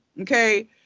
Okay